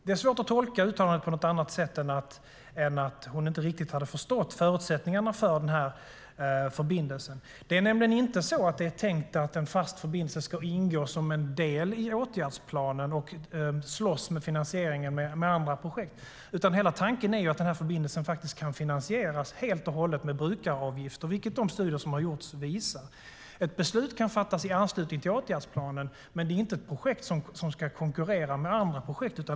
Det är svårt att tolka uttalandet på något annat sätt än att hon inte riktigt hade förstått förutsättningarna för den här förbindelsen. En fast förbindelse är nämligen inte tänkt att ingå som en del i åtgärdsplanen och slåss om finansieringen med andra projekt, utan hela tanken är att den här förbindelsen kan finansieras helt och hållet med brukaravgifter, vilket de studier som har gjorts visar. Ett beslut kan fattas i anslutning till åtgärdsplanen, men det är inte ett projekt som ska konkurrera med andra projekt.